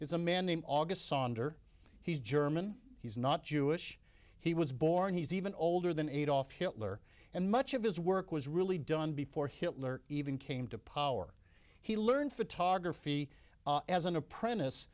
is a man named auguste sonder he's german he's not jewish he was born he's even older than adolph hitler and much of his work was really done before hitler even came to power he learned photography as an apprentice